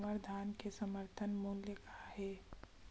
हमर धान के समर्थन मूल्य का हे?